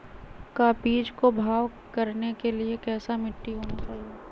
का बीज को भाव करने के लिए कैसा मिट्टी होना चाहिए?